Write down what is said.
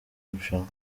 rushanwa